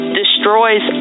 destroys